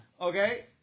Okay